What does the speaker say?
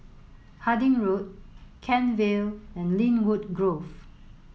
Harding Road Kent Vale and Lynwood Grove